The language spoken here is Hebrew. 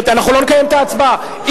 תחזור בהצבעה הבאה.